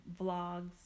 vlogs